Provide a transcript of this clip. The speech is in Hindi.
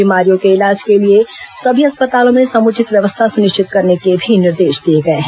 बीमारियों के इलाज के लिए सभी अस्पतालों में समुचित व्यवस्था सुनिश्चित करने के भी निर्देश दिए गए हैं